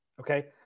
Okay